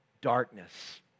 darkness